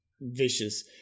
vicious